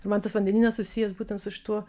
ir man tas vandenynas susijęs būtent su šituo